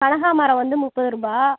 கனகாமரம் வந்து முப்பதுரூபா